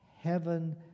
heaven